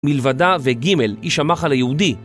מלבדה, וגימל, איש המחל היהודי.